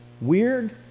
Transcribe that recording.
Weird